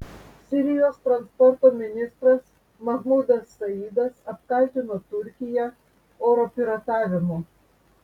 sirijos transporto ministras mahmudas saidas apkaltino turkiją oro piratavimu